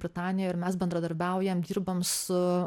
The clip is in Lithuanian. britanijoj ir mes bendradarbiaujam dirbam su